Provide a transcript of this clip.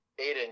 Aiden